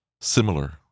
similar